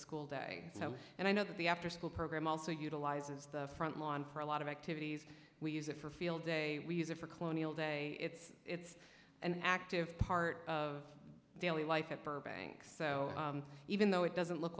school day and i know that the afterschool program also utilizes the front lawn for a lot of activities we use it for field day we use it for colonial day it's an active part of daily life at burbank so even though it doesn't look